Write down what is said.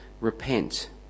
Repent